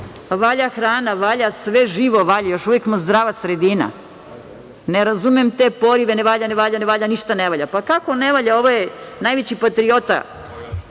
valja hrana, sve živo valja. Još uvek smo zdrava sredina. Ne razumem te porive – ne valja, ne valja, ne valja, ništa ne valja. Pa, kako ne valja? Ovo je najveći patriota